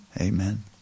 Amen